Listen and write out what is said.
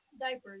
Diapers